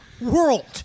world